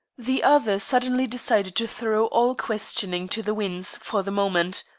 the other suddenly decided to throw all questioning to the winds for the moment.